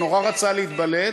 והוא נורא רצה להתבלט.